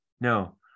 no